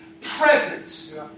presence